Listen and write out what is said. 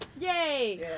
Yay